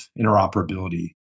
interoperability